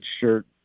shirt